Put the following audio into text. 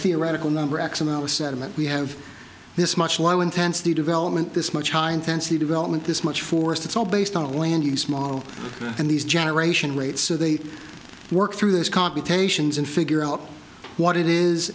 theoretical number x amount of sediment we have this much low intensity development this much high intensity development this much forest it's all based on a land use small and these generation rates so they work through this computations and figure out what it is